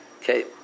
okay